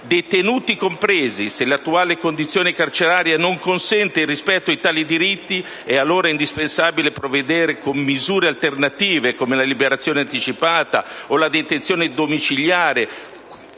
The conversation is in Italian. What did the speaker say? detenuti compresi. Se l'attuale condizione carceraria non consente il rispetto di tali diritti, allora è indispensabile provvedere con misure alternative, come la liberazione anticipata o la detenzione domiciliare,